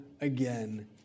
again